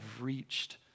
reached